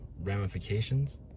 ramifications